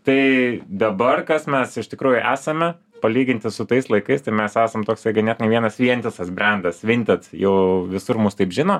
tai dabar kas mes iš tikrųjų esame palyginti su tais laikais tai mes esam toksai ganėtinai vienas vientisas brendas vintet jau visur mus taip žino